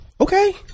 okay